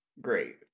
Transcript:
great